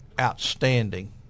outstanding